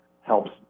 helps